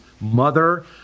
mother